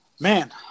man